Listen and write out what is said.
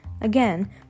Again